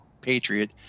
Patriot